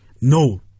No